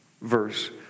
verse